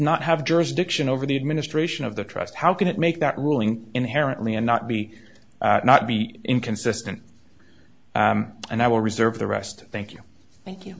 not have jurisdiction over the administration of the trust how can it make that ruling inherently and not be not be inconsistent and i will reserve the rest thank you thank you